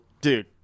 dude